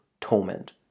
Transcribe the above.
torment